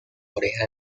oreja